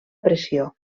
pressió